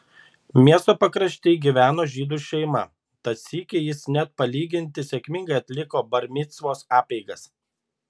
miesto pakrašty gyveno žydų šeima tad sykį jis net palyginti sėkmingai atliko bar micvos apeigas